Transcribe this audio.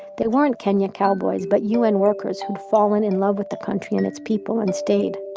they weren't kenya cowboys, but un workers who'd fallen in love with the country and its people, and stayed.